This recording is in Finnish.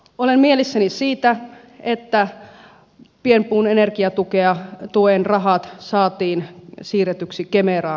olen mielissäni siitä että pienpuun energiatuen rahat saatiin siirretyksi kemeraan